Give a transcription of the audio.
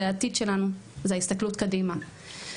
זה העתיד שלנו זה ההסתכלות קדימה,